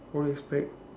pack